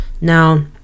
now